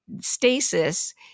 stasis